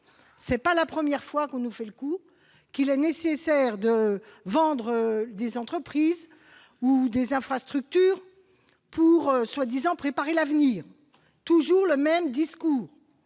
Ce n'est pas la première fois qu'on nous fait le coup : il serait nécessaire de vendre des entreprises ou des infrastructures pour, soi-disant, préparer l'avenir ! Toujours le même discours